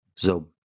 Zob